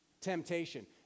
temptation